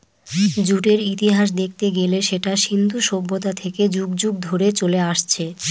জুটের ইতিহাস দেখতে গেলে সেটা সিন্ধু সভ্যতা থেকে যুগ যুগ ধরে চলে আসছে